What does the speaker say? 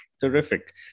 Terrific